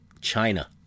China